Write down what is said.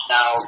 Now